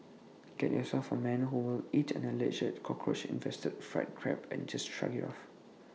get yourself A man who will eat an Alleged Cockroach infested fried Crab and just shrug IT off